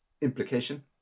implication